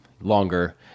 longer